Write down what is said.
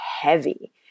heavy